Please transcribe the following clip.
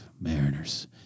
Mariners